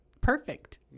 perfect